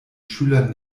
schülern